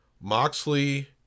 Moxley